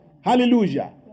hallelujah